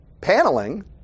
paneling